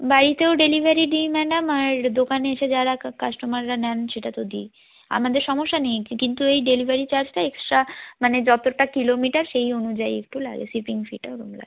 বাড়িতেও ডেলিভারি দিই ম্যাডাম আর দোকানে এসে যারা কাস্টমাররা নেন সেটা তো দিই আমাদের সমস্যা নেই কিন্তু এই ডেলিভারি চার্জটা এক্সট্রা মানে যতটা কিলোমিটার সেই অনুযায়ী একটু লাগে শিপিং ফি টা ওরকম লাগে